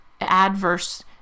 adverse